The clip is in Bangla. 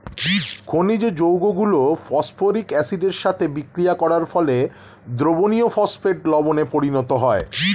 খনিজ যৌগগুলো ফসফরিক অ্যাসিডের সাথে বিক্রিয়া করার ফলে দ্রবণীয় ফসফেট লবণে পরিণত হয়